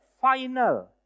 final